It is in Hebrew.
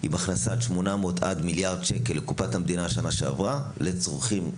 עם הכנסת 800 מיליון-מיליארד שקל לקופת המדינה בשנה שעברה לצרכים,